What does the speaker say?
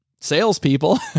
salespeople